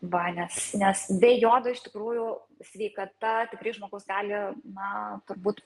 va nes nes be jodo iš tikrųjų sveikata tikrai žmogus gali na turbūt